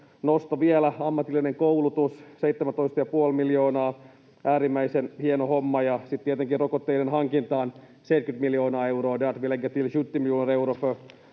nosto vielä. Ammatillinen koulutus, 17,5 miljoonaa — äärimmäisen hieno homma — ja sitten tietenkin rokotteiden hankintaan 70 miljoonaa euroa.